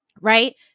right